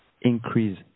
increase